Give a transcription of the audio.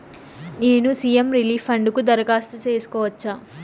నేను CM relief fund కు దరఖాస్తు సేసుకోవచ్చా?